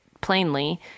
plainly